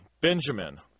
Benjamin